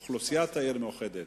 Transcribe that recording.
אוכלוסיית העיר מאוחדת,